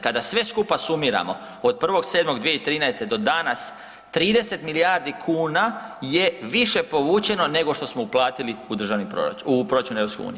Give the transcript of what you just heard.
Kada sve skupa sumiramo od 1.7.2013. do danas 30 milijardi kuna je više povučeno nego što smo uplatili u proračun EU.